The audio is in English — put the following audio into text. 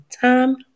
time